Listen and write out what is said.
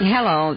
Hello